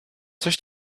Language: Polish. coś